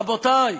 רבותי,